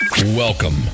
Welcome